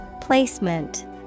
Placement